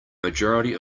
majority